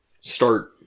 start